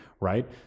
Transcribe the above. right